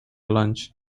lunch